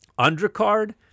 Undercard